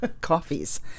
coffees